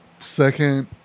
second